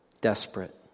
desperate